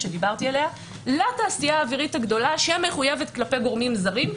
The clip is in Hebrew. שדיברתי עליה לתעשייה האווירית הגדולה שמחויבת כלפי גורמים זרים,